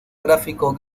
gráfico